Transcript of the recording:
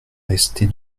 rester